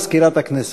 לנשיא המדינה,